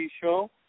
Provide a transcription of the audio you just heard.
show